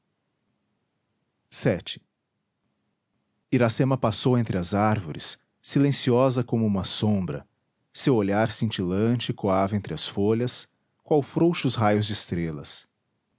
do arco iracema passou entre as árvores silenciosa como uma sombra seu olhar cintilante coava entre as folhas qual frouxos raios de estrelas